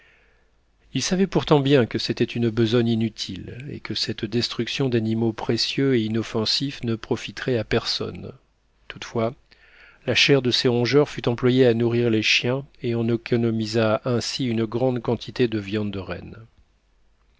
il savait pourtant bien que c'était une besogne inutile et que cette destruction d'animaux précieux et inoffensifs ne profiterait à personne toutefois la chair de ces rongeurs fut employée à nourrir les chiens et on économisa ainsi une grande quantité de viande de rennes